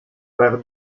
par